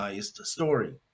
story